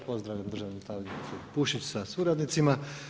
Pozdravljam državnu tajnicu Bušić sa suradnicima.